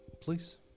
please